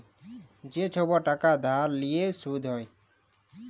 যে ছব টাকা ধার লিঁয়ে সুদ হ্যয়